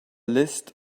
list